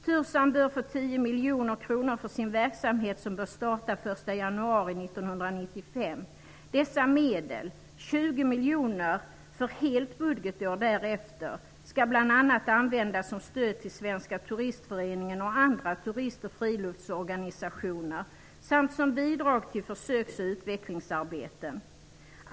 TURSAM bör få 10 miljoner kronor för sin verksamhet, som bör starta den 1 januari 1995. Dessa medel -- 20 miljoner för helt budgetår därefter -- skall bl.a. användas som stöd till Svenska turistföreningen och andra turist och friluftsorganisationer samt som bidrag till försöksoch utvecklingsarbeten.